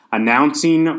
announcing